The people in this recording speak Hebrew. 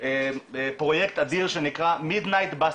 פרויקט אדיר שנקרא ‘midnight basketball’,